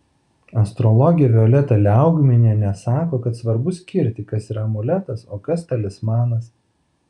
astrologė violeta liaugminienė sako kad svarbu skirti kas yra amuletas o kas talismanas